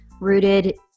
rooted